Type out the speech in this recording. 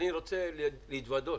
אני רוצה להתוודות,